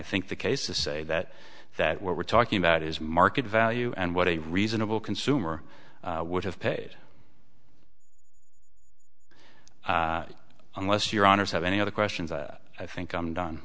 think the case to say that that what we're talking about is market value and what a reasonable consumer would have paid unless your honour's have any other questions i think i'm done